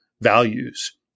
values